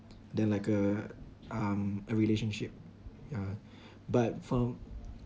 than like a um a relationship ya but for